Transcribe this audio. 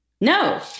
no